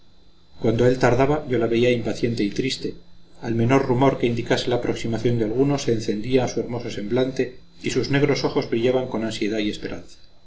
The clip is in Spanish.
cuando él tardaba yo la veía impaciente y triste al menor rumor que indicase la aproximación de alguno se encendía su hermoso semblante y sus negros ojos brillaban con ansiedad y esperanza